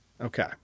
okay